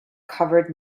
covered